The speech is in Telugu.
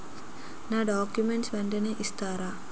నా డాక్యుమెంట్స్ వెంటనే ఇస్తారా?